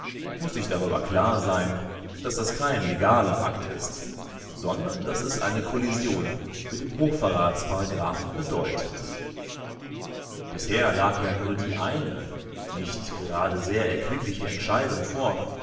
muß sich darüber klar sein daß das kein legaler akt ist sondern daß es eine kollision mit dem hochverratsparagraphen bedeutet bisher lag ja nur die eine nicht gerade sehr erquickliche entscheidung vor